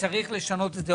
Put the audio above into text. וצריך לשנות את זה.